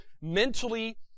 mentally